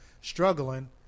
struggling